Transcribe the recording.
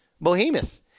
behemoth